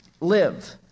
live